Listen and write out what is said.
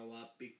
up